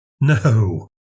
No